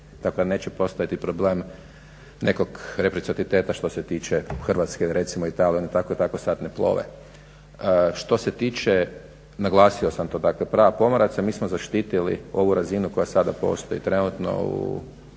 Dakle, neće postojati problem nekog reciprociteta što se tiče Hrvatske, recimo Italije oni i tako i tako sad ne plove. Što se tiče naglasio sam to, dakle prava pomoraca mi smo zaštitili ovu razinu koja sada postoji trenutno u situaciji